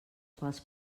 quals